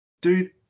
Dude